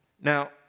Now